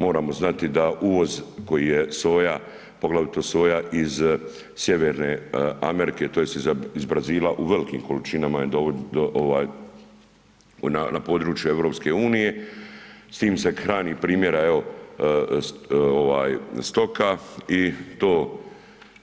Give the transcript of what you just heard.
Moramo znati da uvoz koji je soja poglavito soja iz Sjeverne Amerike tj. iz Brazila u velikim količinama je na području EU, s tim se hrani npr. stoka i to